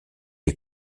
les